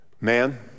Man